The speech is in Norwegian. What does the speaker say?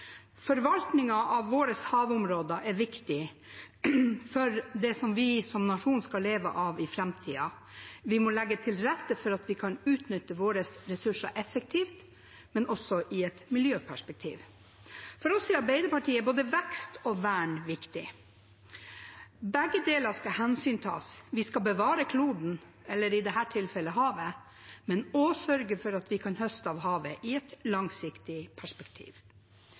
Forvaltningen av havområdene våre er viktig for det som vi som nasjon skal leve av i framtiden. Vi må legge til rette for at vi kan utnytte ressursene våre effektivt – også i et miljøperspektiv. For oss i Arbeiderpartiet er både vekst og vern viktig. Begge deler skal hensyntas. Vi skal bevare kloden, i dette tilfellet havet, men også sørge for at vi kan høste av havet i et langsiktig perspektiv.